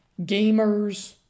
gamers